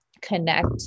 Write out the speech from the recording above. connect